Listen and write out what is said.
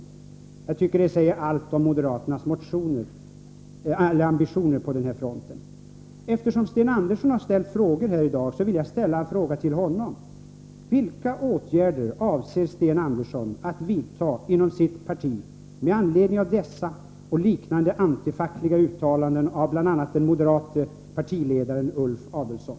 Jag tycker det säger allt om moderaternas ambitioner på den här fronten. Eftersom Sten Andersson har ställt frågor här i dag, vill jag ställa en fråga tillhonom: Vilka åtgärder avser Sten Andersson att vidta inom sitt parti med anledning av dessa och liknande antifackliga uttalanden av bl.a. den moderate partiledaren Ulf Adelsohn?